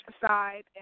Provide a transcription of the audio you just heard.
side